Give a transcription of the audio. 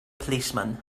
policeman